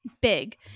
big